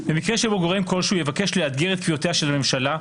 במקרה שבו גורם כלשהו יבקש לאתגר את קביעותיה של הממשלה,